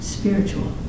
spiritual